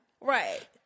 Right